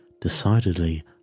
Decidedly